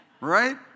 Right